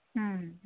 ᱦᱮᱸ